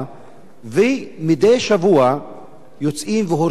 ומדי שבוע יוצאים והורסים את הבתים.